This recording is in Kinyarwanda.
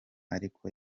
ariko